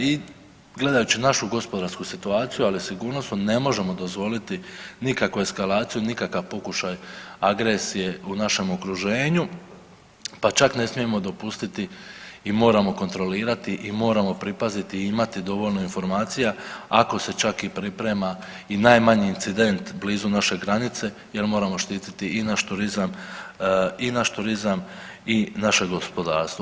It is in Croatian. I gledajući našu gospodarsku situaciju, ali i sigurnosnu ne možemo dozvoliti nikakvu eskalaciju, nikakav pokušaj agresije u našem okruženju pa čak ne smijemo dopustiti i moramo kontrolirati i moramo pripaziti i imati dovoljno informacija ako se čak i priprema i najmanji incident blizu naše granice jel moramo štiti i naš turizam i naše gospodarstvo.